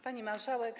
Pani Marszałek!